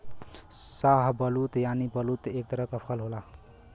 शाहबलूत यानि बलूत एक तरह क फल होला